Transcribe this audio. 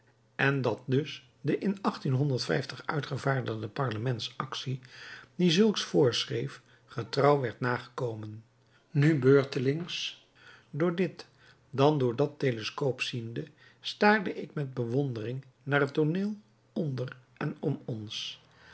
en dat dus de in uitvaardigde parlement actie die zulks voorschreef getrouw werd nagekomen nu beurtelings door dit dan door dat teleskoop ziende staarde ik met bewondering naar het tooneel onder en om ons